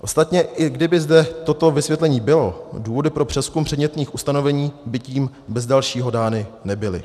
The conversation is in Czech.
Ostatně, i kdyby zde toto vysvětlení bylo, důvody pro přezkum předmětných ustanovení by tím bez dalšího dány nebyly.